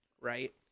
Right